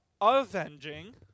avenging